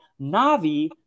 Navi